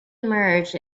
emerged